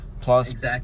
plus